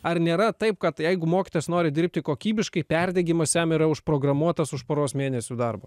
ar nėra taip kad jeigu mokytojas nori dirbti kokybiškai perdegimas jam yra užprogramuotas už poros mėnesių darbo